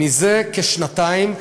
זה כשנתיים,